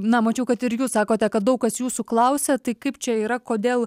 na mačiau kad ir jūs sakote kad daug kas jūsų klausia tai kaip čia yra kodėl